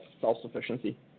self-sufficiency